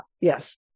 Yes